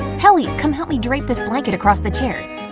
helly! come help me drape this blanket across the chairs!